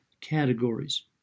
categories